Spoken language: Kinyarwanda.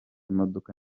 imodoka